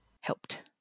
helped